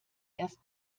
erst